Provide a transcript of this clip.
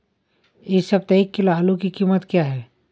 इस सप्ताह एक किलो आलू की कीमत क्या है?